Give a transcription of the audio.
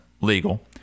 legal